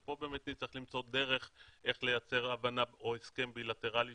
שפה באמת נצטרך למצוא דרך איך לייצר הבנה או הסכם בי-לטראלי